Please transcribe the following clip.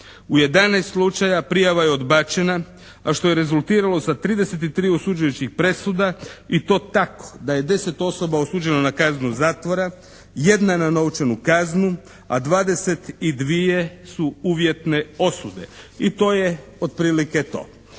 U 11 slučaja prijava je odbačena, a što je rezultiralo sa 33 osuđujućih presuda i to tako da je 10 osoba osuđeno na kaznu zatvora, jedna na novčanu kaznu, a 22 su uvjetne osude. I to je otprilike to.